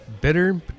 bitter